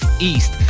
East